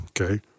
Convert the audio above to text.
okay